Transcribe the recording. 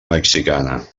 mexicana